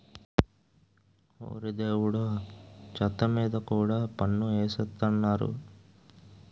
ఓరి దేవుడో చెత్త మీద కూడా పన్ను ఎసేత్తన్నారు